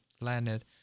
landed